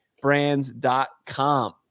brands.com